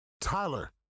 Tyler